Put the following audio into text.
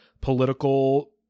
political